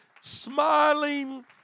smiling